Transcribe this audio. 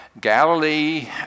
Galilee